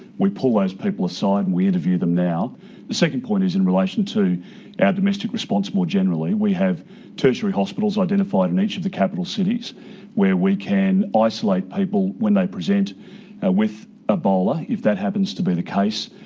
we pull those people aside and we interview them now. the second point is in relation to our ah domestic response more generally. we have tertiary hospitals identified in each of the capital cities where we can isolate people when they present with ebola, if that happens to be the case.